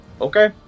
Okay